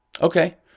Okay